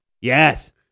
Yes